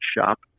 shop